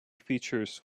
features